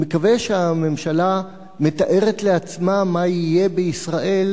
אני מקווה שהממשלה מתארת לעצמה מה יהיה בישראל